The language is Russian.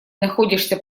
находишься